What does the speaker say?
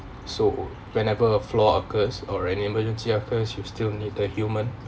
so whenever a flaw occurs or an emergency happens we still need the human